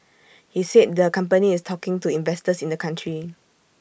he said the company is talking to investors in the country